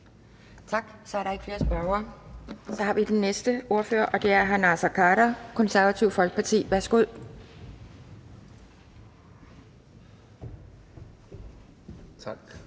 Tak. Så er der ikke flere spørgere. Så er det den næste ordfører, og det er hr. Naser Khader, Det Konservative Folkeparti. Værsgo. Kl.